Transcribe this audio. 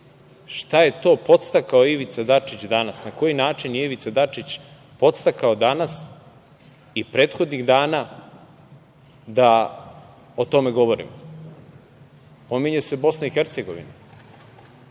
šta je to podstakao Ivica Dačić danas, na koji način je Ivica Dačić podstakao danas i prethodnih dana da o tome govorimo? Pominje se BiH.